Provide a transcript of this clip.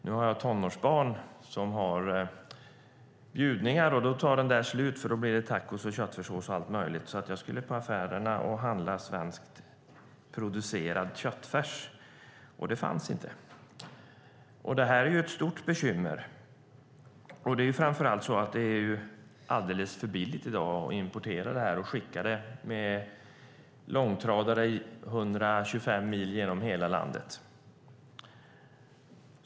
Nu har jag tonårsbarn som har bjudningar och då tar färsen slut - det blir tacos och köttfärssås och allt möjligt - så jag gick till affären för att köpa svenskproducerad köttfärs, men det fanns inte. Det är ett stort bekymmer. Det är alldeles för billigt att importera och skicka med långtradare 125 mil genom landet.